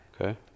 Okay